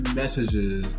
messages